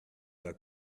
are